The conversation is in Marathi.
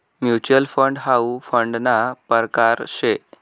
म्युच्युअल फंड हाउ फंडना परकार शे